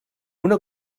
una